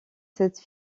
cette